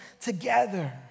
together